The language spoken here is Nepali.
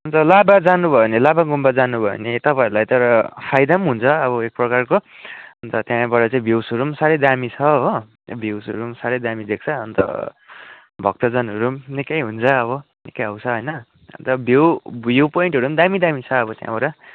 अन्त लाभा जानुभयो भने लाभा गुम्बा जानु भयो भने तपाईँहरूलाई तर फाइदा पनि हुन्छ अब एक प्रकारको त्यहाँबाट भ्युजहरू पनि साह्रै दामी छ हो भ्युजहरू पनि साह्रै दामी देख्छ अन्त भक्तजनहरू पनि निकै हुन्छ अब निकै आउँछ अन्त भ्यु भ्यु पोइन्टहरू पनि दामी दामी छ अब त्यहाँबाट